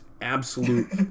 absolute